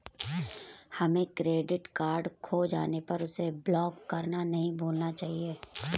हमें credit card खो जाने पर उसे ब्लॉक करना नहीं भूलना चाहिए